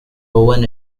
owen